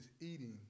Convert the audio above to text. eating